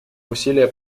усилия